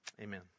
Amen